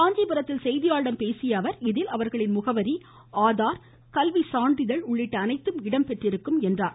காஞ்சிபுரத்தில் செய்தியாளர்களிடம் பேசிய அவர் இதில் அவர்களின் முகவரி ஆதார் கல்வி சான்றிதழ் உள்ளிட்ட அனைத்தும் இடம்பெற்றிருக்கும் என்றார்